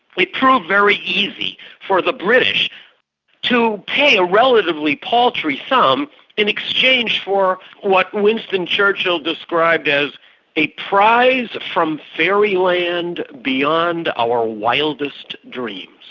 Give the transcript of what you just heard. it proved very easy for the british to pay a relatively paltry sum in exchange for what winston churchill described as a prize from fairyland beyond our wildest dreams.